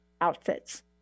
outfits